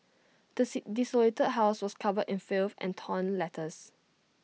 the desolated house was covered in filth and torn letters